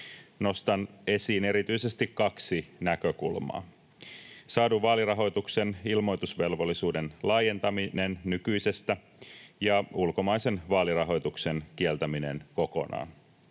Nostan esiin erityisesti kaksi näkökulmaa: saadun vaalirahoituksen ilmoitusvelvollisuuden laajentamisen nykyisestä ja ulkomaisen vaalirahoituksen kieltämisen kokonaan.